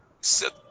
set